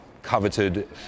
coveted